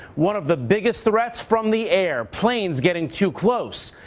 one of the biggest threats from the air, planes getting too close.